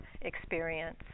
experience